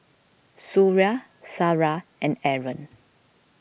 Suria Sarah and Aaron